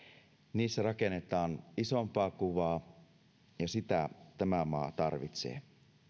niissä rakennetaan isompaa kuvaa ja sitä tämä maa tarvitsee